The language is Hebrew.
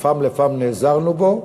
מפעם לפעם נעזרנו פה,